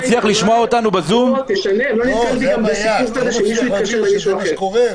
נתקלתי בסיפור כזה שמישהו התקשר למישהו אחר.